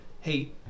hey